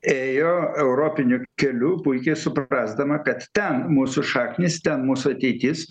ėjo europiniu keliu puikiai suprasdama kad ten mūsų šaknys ten mūsų ateitis